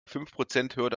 fünfprozenthürde